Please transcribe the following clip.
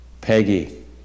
Peggy